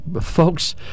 folks